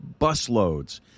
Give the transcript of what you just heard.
busloads